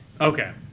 Okay